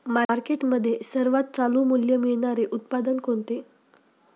मार्केटमध्ये सर्वात चालू मूल्य मिळणारे उत्पादन कोणते?